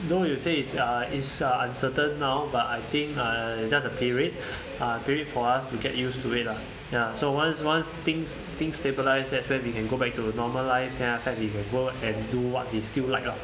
though you say it's uh uncertain now but I think uh it's just a period uh period for us to get used to it lah ya so once once things things stabilise that then you can go back to a normal life can after that you can go and do what you still like lah